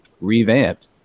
revamped